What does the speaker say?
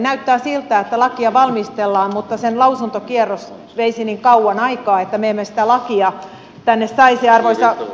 näyttää siltä että lakia valmistellaan mutta sen lausuntokierros veisi niin kauan aikaa että me emme sitä lakia tänne saisi